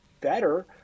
better